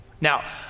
Now